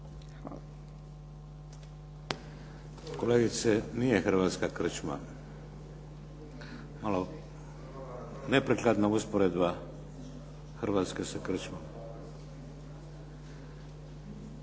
(HDZ)** Kolegice nije Hrvatska krčma. Neprikladna usporedba Hrvatske sa krčmom. Klub